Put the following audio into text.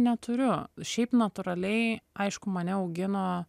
neturiu šiaip natūraliai aišku mane augino